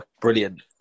brilliant